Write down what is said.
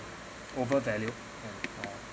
overvalued mm uh